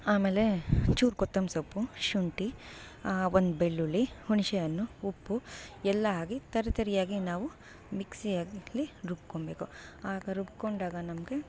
ಆಮೇಲೆ ಚೂರು ಕೊತ್ತಂಬ್ರಿ ಸೊಪ್ಪು ಶುಂಠಿ ಒಂದು ಬೆಳ್ಳುಳ್ಳಿ ಹುಣಸೆ ಹಣ್ಣು ಉಪ್ಪು ಎಲ್ಲ ಹಾಕಿ ತರಿತರಿಯಾಗಿ ನಾವು ಮಿಕ್ಸಿಯಲ್ಲಿ ರುಬ್ಕೊಬೇಕು ಆಗ ರುಬ್ಕೊಂಡಾಗ ನಮಗೆ